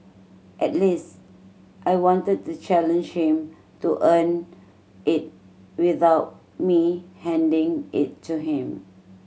at least I wanted to challenge him to earn it without me handing it to him